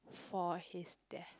for his death